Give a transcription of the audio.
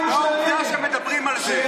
לא, שמדברים על זה.